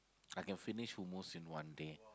I can finish who moves in one day